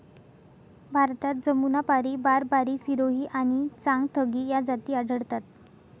भारतात जमुनापारी, बारबारी, सिरोही आणि चांगथगी या जाती आढळतात